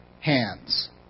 hands